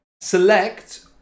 select